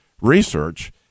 research